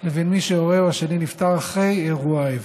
לבין מי שהורהו השני נפטר אחרי אירוע האיבה.